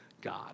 God